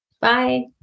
Bye